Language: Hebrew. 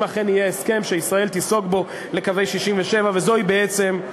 אם אכן יהיה הסכם שישראל תיסוג בו לקווי 67'. וזוהי בעצם,